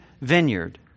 vineyard